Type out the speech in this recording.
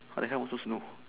what the hell so slow